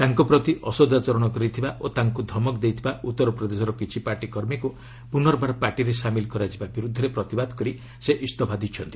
ତାଙ୍କ ପ୍ରତି ଅସଦାଚରଣ କରିଥିବା ଓ ତାଙ୍କୁ ଧମକ ଦେଇଥିବା ଉତ୍ତରପ୍ରଦେଶର କିଛି ପାର୍ଟି କର୍ମୀଙ୍କୁ ପୁନର୍ବାର ପାର୍ଟିରେ ସାମିଲ କରାଯିବା ବିରୁଦ୍ଧରେ ପ୍ରତିବାଦ କରି ସେ ଇସଫା ଦେଇଛନ୍ତି